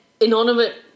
inanimate